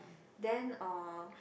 then uh